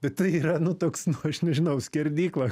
bet tai yra nu toks nu aš nežinau skerdykla